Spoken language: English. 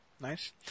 Nice